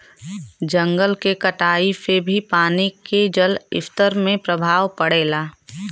जंगल के कटाई से भी पानी के जलस्तर में प्रभाव पड़ला